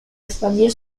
expandir